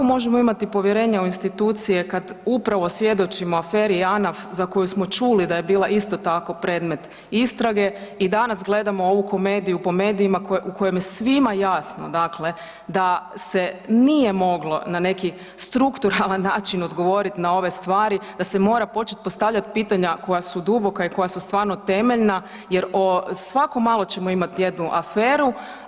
A kako možemo imati povjerenje u institucije kada upravo svjedočimo aferi Janaf za koju smo čuli da je bila isto tako predmet istrage i danas gledamo ovu komediju po medijima u kojem je svima jasno da se nije moglo na neki strukturalan način odgovoriti na ove stvari, da se mora početi postavljati pitanja koja su duboka i koja su stvarno temeljna jer svako malo ćemo imati jednu aferu.